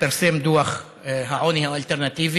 פרסם את דוח העוני האלטרנטיבי,